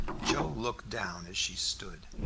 joe looked down as she stood,